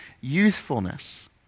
youthfulness